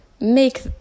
make